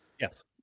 Yes